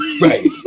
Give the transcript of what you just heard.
Right